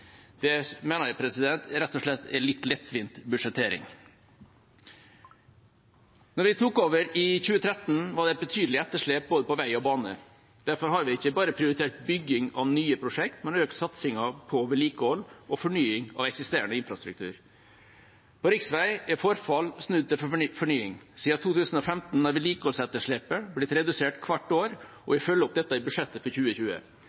Det mener jeg rett og slett er en litt lettvint budsjettering. Da vi tok over i 2013, var det et betydelig etterslep på både vei og bane. Derfor har vi ikke bare prioritert bygging av nye prosjekter, men økt satsingen på vedlikehold og fornying av eksisterende infrastruktur. For riksveier er forfall snudd til fornying. Siden 2015 har vedlikeholdsetterslepet blitt redusert hvert år, og vi følger opp dette i budsjettet for 2020.